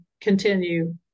continue